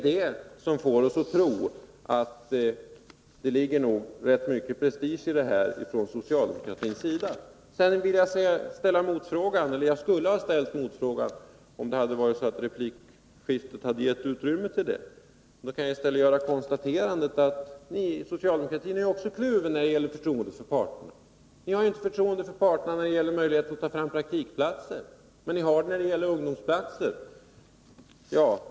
Det får oss att tro att det ligger mycket prestige bakom det yrkandet. Sedan vill jag konstatera att socialdemokratin också är kluven när det gäller förtroendet för parterna. Ni har ju inte förtroende för parterna när det gäller möjligheterna att ta fram praktikplatser! Men ni har det när det gäller möjligheterna att ta fram ungdomplatser.